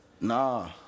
Nah